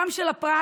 גם של הפרט,